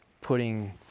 putting